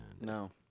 No